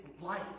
life